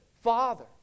Father